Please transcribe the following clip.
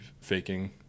faking